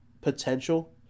potential